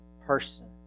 person